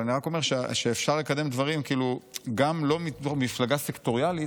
אבל אני רק אומר שאפשר לקדם דברים גם לא מתוך מפלגה סקטוריאלית.